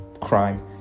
Crime